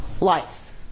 life